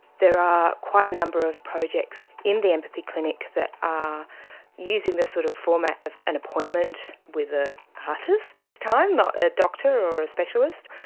there are quite a number of projects in the empathy clinic that are using the sort of format of an appointment, with an ah artist this time, not a doctor or a specialist.